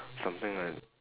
something like that